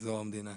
זו המדינה,